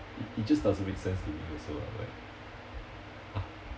it it just doesn't make sense to me also ah like ah